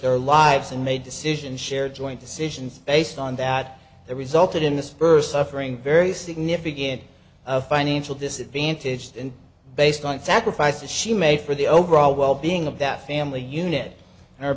their lives and made decisions share joint decisions based on that they resulted in this first suffering very significant financial disadvantage and based on sacrifices she made for the overall wellbeing of that family unit and